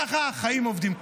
ככה החיים עובדים.